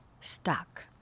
stuck